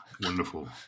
Wonderful